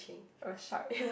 a shark